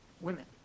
women